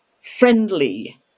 friendly